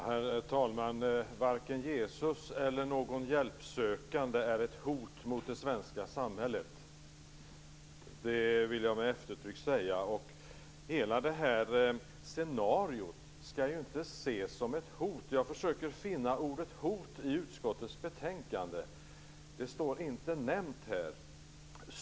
Herr talman! Varken Jesus eller någon hjälpsökande är ett hot mot det svenska samhället. Det vill jag med eftertryck säga. Hela detta scenario skall inte ses som ett hot. Jag försöker finna ordet hot i utskottets betänkande. Det står inte nämnt här.